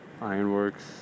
Ironworks